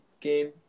game